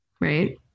right